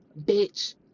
bitch